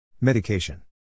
Medication